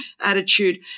attitude